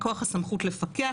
מכוח הסמכות לפקח,